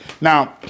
Now